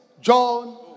John